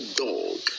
dog